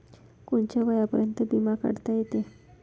कोनच्या वयापर्यंत बिमा काढता येते?